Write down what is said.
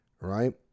Right